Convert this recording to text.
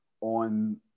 on